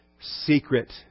secret